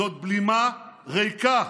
זו בלימה ריקה,